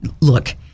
look